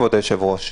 כבוד היושב-ראש,